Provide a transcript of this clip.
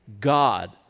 God